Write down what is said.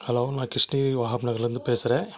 hello நான் கிருஷ்ணகிரி வஹாப் நகர்லேர்ந்து பேசுகிறேன்